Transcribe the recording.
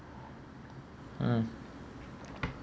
mm